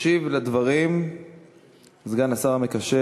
ישיב על הדברים סגן השר המקשר,